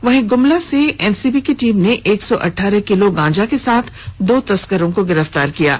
वहीं गुमला से एनसीबी की टीम ने एक सौ अठारह किलो गांजा के साथ दो तस्करों को गिरफ्तार किया है